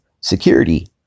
security